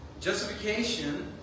Justification